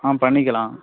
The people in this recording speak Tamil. ஆ பண்ணிக்கிலாம்